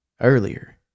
earlier